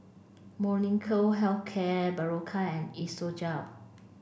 Molnylcke health care Berocca and Isocal